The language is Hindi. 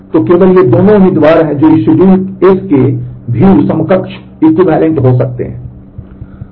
तो केवल ये दोनों उम्मीदवार हैं जो इस शेड्यूल हो सकते हैं